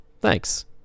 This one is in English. Thanks